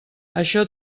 això